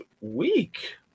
week